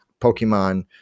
Pokemon